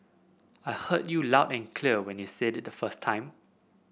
I heard you loud and clear when you said it the first time